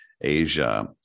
Asia